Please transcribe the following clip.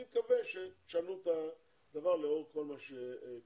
אני מקווה שתשנו את הדבר לאור כל מה שקורה,